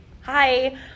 hi